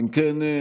אם כן,